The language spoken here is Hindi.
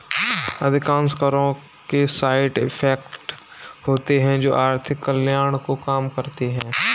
अधिकांश करों के साइड इफेक्ट होते हैं जो आर्थिक कल्याण को कम करते हैं